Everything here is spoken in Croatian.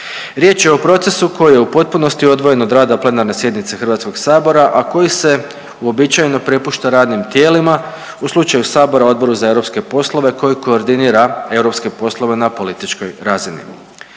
Riječ o procesu koji je u potpunosti odvojen od rada plenarne sjednice Hrvatskog sabora a koji se uobičajeno prepušta radnim tijelima. U slučaju Sabora Odboru za europske poslove koji koordinira europske poslove na političkoj razini.